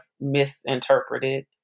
misinterpreted